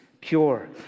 pure